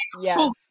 Yes